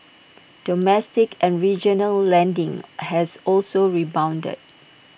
domestic and regional lending has also rebounded